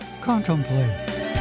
Contemplate